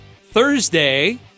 Thursday